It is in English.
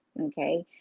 okay